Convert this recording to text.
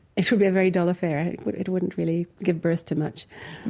it should be a very dull affair. but it wouldn't really give birth to much